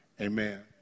Amen